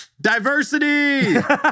diversity